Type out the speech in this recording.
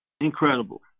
Incredible